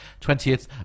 20th